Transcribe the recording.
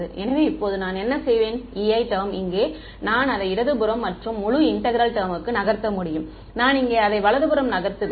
எனவே இப்போது நான் என்ன செய்வேன் Ei டேர்ம் இங்கே நான் அதை இடது புறம் மற்றும் இந்த முழு இன்டெக்ரல் டேர்ம்க்கு நகர்த்த முடியும் நான் இங்கே அதை வலது புறம் நகர்த்துவேன்